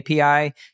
API